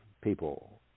people